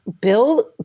build